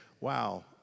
wow